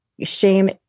shame